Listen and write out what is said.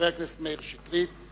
חבר הכנסת מאיר שטרית,